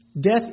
Death